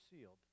sealed